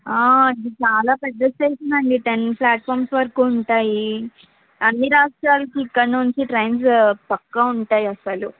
ఆ ఇది చాలా పెద్ద స్టేషన్ అండి టెన్ ప్లాటుఫార్మ్స్ వరకు ఉంటాయి అన్ని రాష్ట్రాలకు ఇక్కడ్నుంచే ట్రైన్స్ పక్కా ఉంటాయి అసలు